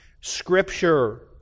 Scripture